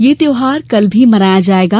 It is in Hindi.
यह त्यौहार कल भी मनाया जायेगा